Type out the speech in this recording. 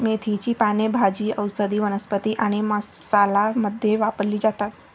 मेथीची पाने भाजी, औषधी वनस्पती आणि मसाला मध्ये वापरली जातात